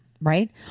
Right